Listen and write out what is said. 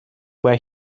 where